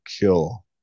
Kill